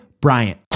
Bryant